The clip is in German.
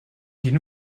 jeden